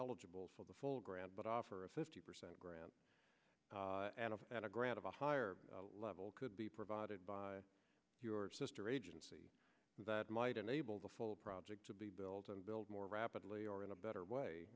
eligible for the full grant but offer a fifty percent grant that a grant of a higher level could be provided by your sister agency that might enable the full project to be built and build more rapidly or in a better